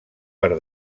per